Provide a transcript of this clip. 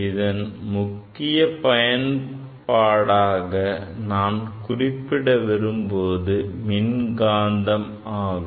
இதன் முக்கிய பயன்பாடாக நான் குறிப்பிட விரும்புவது மின்காந்தம் ஆகும்